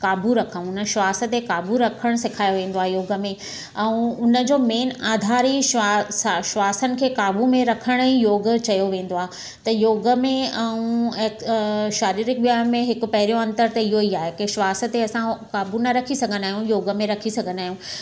क़ाबू रखूं उन श्वास ते क़ाबू रखणु सिखारियो वेंदो आहे इन योग में ऐं उन जो मेन आधार ई श्वा श्वासनि खे क़ाबू में रखणु ई योग चयो वेंदो आहे त योग में ऐं शारीरिक व्यायाम में हिकु पहिरियों अंतर त इहो ई आहे कि श्वास ते असां क़ाबू न रखी सघंदा आहियूं योग में रखी सघंदा आहियूं